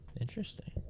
Interesting